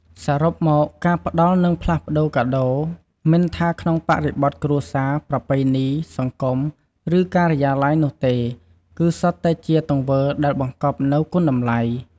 សរុបមក ការផ្តល់និងផ្លាស់ប្ដូរកាដូរ មិនថាក្នុងបរិបទគ្រួសារ ប្រពៃណី សង្គម ឬការិយាល័យនោះទេ គឺសុទ្ធតែជាទង្វើដែលបង្កប់នូវ គុណតម្លៃ។